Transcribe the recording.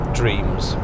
dreams